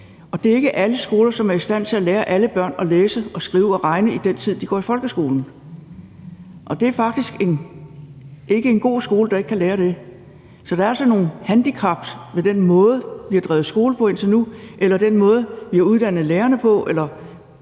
og det er ikke alle skoler, der er i stand til at lære alle børn at læse, skrive og regne i den tid, de går i folkeskolen. Det er faktisk ikke en god skole, der ikke kan lære dem det. Så der er altså nogle handicaps i den måde, vi indtil nu har drevet skole på, eller i den måde, vi har uddannet lærerne på.